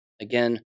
Again